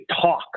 talk